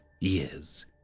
years